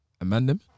Amanda